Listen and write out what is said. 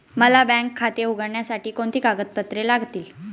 मला बँक खाते उघडण्यासाठी कोणती कागदपत्रे लागतील?